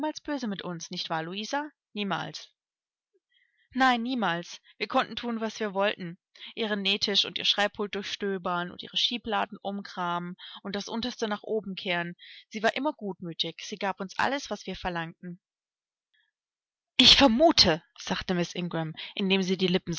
böse mit uns nicht wahr louisa niemals nein niemals wir konnten thun was wir wollten ihren nähtisch und ihr schreibpult durchstöbern und ihre schiebladen umkramen und das unterste nach oben kehren und sie war immer gutmütig sie gab uns alles was wir verlangten ich vermute sagte miß ingram indem sie die lippen